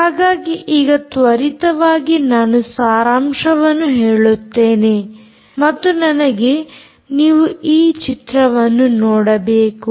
ಹಾಗಾಗಿ ಈಗ ತ್ವರಿತವಾಗಿ ನಾನು ಸಾರಾಂಶವನ್ನು ಹೇಳುತ್ತೇನೆ ಮತ್ತು ನನಗೆ ನೀವು ಈ ಚಿತ್ರವನ್ನು ನೋಡಬೇಕು